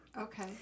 Okay